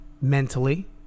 mentally